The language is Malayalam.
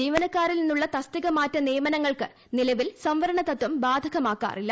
ജീവനക്കാരിൽ നിന്നുള്ള തസ്തിക മാറ്റ നിയമനങ്ങൾക്ക് നിലവിൽ സംവരണ തത്വം ബാധകമാക്കാറില്ല